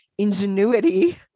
ingenuity